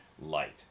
light